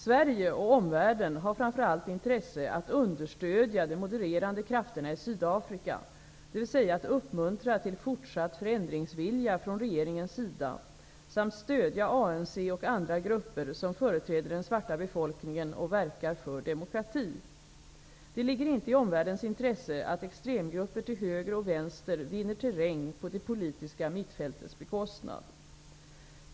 Sverige -- och omvärlden -- har framför allt intresse av att understödja de modererande krafterna i Sydafrika, dvs. att uppmuntra till fortsatt förändringsvilja från regeringens sida samt stödja ANC och andra grupper som företräder den svarta befolkningen och verkar för demokrati. Det ligger inte i omvärldens intresse att extremgrupper till höger och vänster vinner terräng på det politiska mittfältets bekostnad.